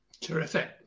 Terrific